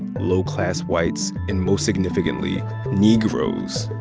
low-class whites, and most significantly negroes.